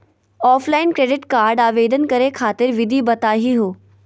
Offline credit card आवेदन करे खातिर विधि बताही हो?